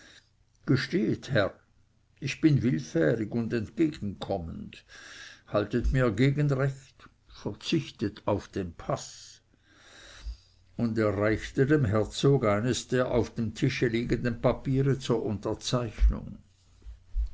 gestehet herr ich bin willfährig und entgegenkommend haltet mir gegenrecht verzichtet auf den paß und er reichte dem herzog eines der auf dem tische liegenden papiere zur unterzeichnung